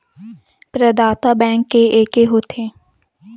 प्रदाता बैंक के एके होथे?